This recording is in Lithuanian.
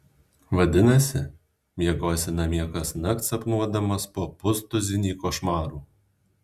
vadinasi miegosi namie kasnakt sapnuodamas po pustuzinį košmarų